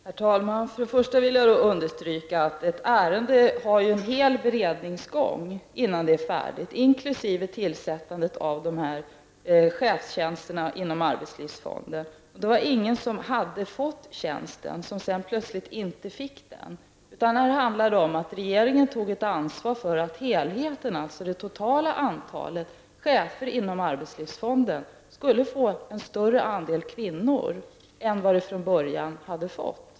Herr talman! Jag vill understryka att ett ärende har en hel beredningsgång innan det är färdigt, detta inkluderar även tillsättandet av de här chefstjänsterna inom arbetslivsfonden. Det var ingen som hade fått tjänsten och som sedan plötsligt inte fick den. Här handlar det om att regeringen tog ett ansvar för att helheten, dvs. det totala antalet chefer inom arbetslivsfonden, skulle få en större andel kvinnor än vad den från början hade fått.